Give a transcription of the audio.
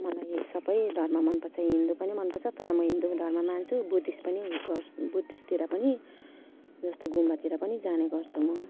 मलाई सबै धर्म मनपर्छ हिन्दू पनि मनपर्छ तर म हिन्दू धर्म मान्छु बुद्धिस्ट पनि गर्छु बुद्धिस्टतिर पनि जस्तै गुम्बातिर पनि जाने गर्छु म